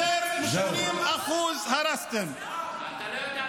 תאשים את החמאס.